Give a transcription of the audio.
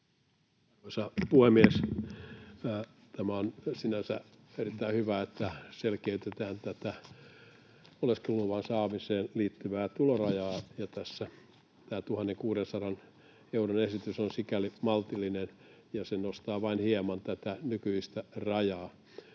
puhemies! On sinänsä erittäin hyvä, että selkeytetään tätä oleskeluluvan saamiseen liittyvää tulorajaa, ja tässä tämä 1 600 euron esitys on sikäli maltillinen, että se nostaa vain hieman tätä nykyistä rajaa.